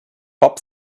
pop